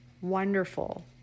wonderful